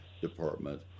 department